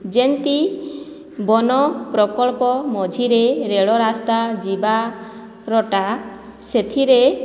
ଯେନ୍ତି ବନ ପ୍ରକଳ୍ପ ମଝିରେ ରେଳ ରାସ୍ତା ଯିବା ରଟା ସେଥିରେ